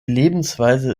lebensweise